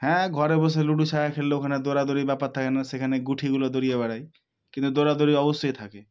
হ্যাঁ ঘরে বসে লুডো খেললে ওখানে দৌড়াদৌড়ি ব্যাপার থাকে না সেখানে গুঠিগুলো দৌড়িয়ে বেড়ায় কিন্তু দৌড়াদৌড়ি অবশ্যই থাকে